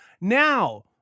Now